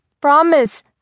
promise